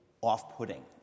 off-putting